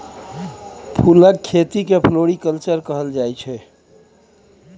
फुलक खेती केँ फ्लोरीकल्चर कहल जाइ छै